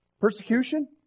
persecution